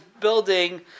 building